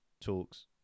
talks